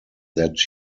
that